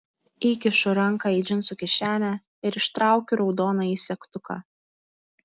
įkišu ranką į džinsų kišenę ir ištraukiu raudonąjį segtuką